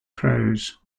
crows